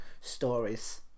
stories